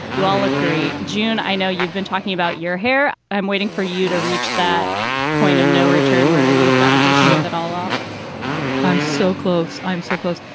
you all look great. june, i know you've been talking about your hair. i'm waiting for you to reach that point of no return where you've got to just shave it all off i'm so close. i'm so close.